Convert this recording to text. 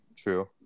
true